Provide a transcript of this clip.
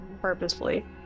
purposefully